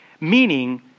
Meaning